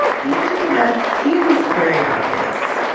the answer to that seems very obvious,